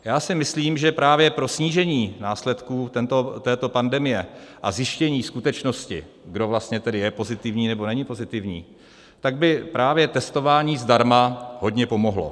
Já si myslím, že právě pro snížení následků této pandemie a zjištění skutečnosti, kdo vlastně tedy je pozitivní nebo není pozitivní, by právě testování zdarma hodně pomohlo.